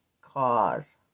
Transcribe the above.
cause